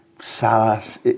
Salas